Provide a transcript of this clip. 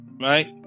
right